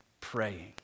praying